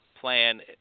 plan